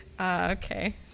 Okay